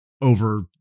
over